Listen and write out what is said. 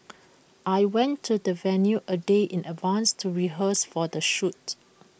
I went to the venue A day in advance to rehearse for the shoot